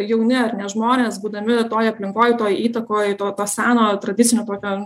jauni ar ne žmonės būdami toj aplinkoj toj įtakoj to to seno tradicinio tokio